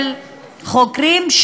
של חוקרים,